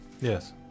Yes